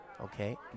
Okay